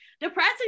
depressing